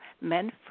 men